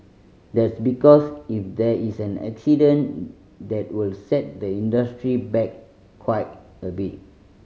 that's because if there is an accident that will set the industry back quite a bit